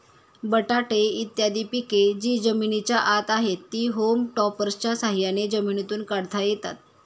बटाटे इत्यादी पिके जी जमिनीच्या आत आहेत, ती होम टॉपर्सच्या साह्याने जमिनीतून काढता येतात